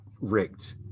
rigged